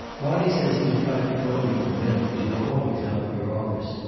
roddie says he has tried to call you at the mill, but you are always out of your office.